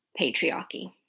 patriarchy